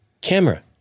camera